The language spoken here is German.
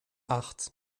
acht